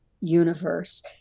universe